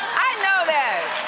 i know that.